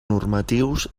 normatius